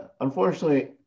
unfortunately